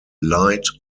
light